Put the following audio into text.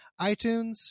iTunes